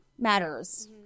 matters